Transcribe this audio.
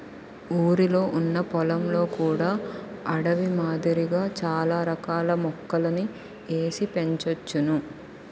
ఊరిలొ ఉన్న పొలంలో కూడా అడవి మాదిరిగా చాల రకాల మొక్కలని ఏసి పెంచోచ్చును